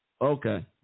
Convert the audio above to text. okay